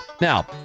Now